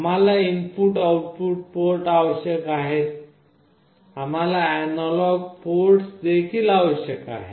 आम्हाला input output port आवश्यक आहेत आम्हाला अॅनालॉग पोर्ट्स देखील आवश्यक आहेत